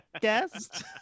guest